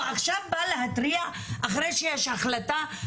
הוא עכשיו בא להתריע אחרי שיש החלטה,